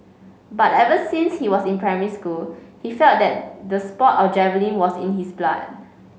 but ever since he was in primary school he felt that the sport of javelin was in his blood